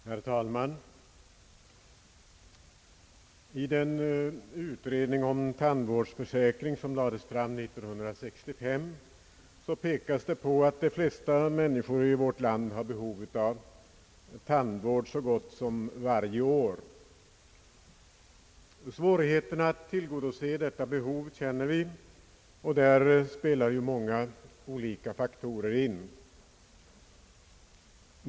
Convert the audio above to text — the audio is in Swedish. Herr talman! I den utredning om tandvårdsförsäkring som lades fram 1965 pekas det på att de flesta människor i vårt land har behov av tandvård så gott som varje år. Svårigheterna att tillgodose detta behov känner vi. Där spelar ju många faktorer in.